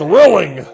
Thrilling